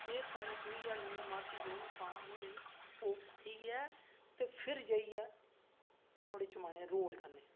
एह् पाई पोइयै लून मर्च जो बी पाना नुआढ़े च ओह् पाइयै फिर जेइयै नुआढ़े चे पाने रोल करने